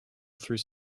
through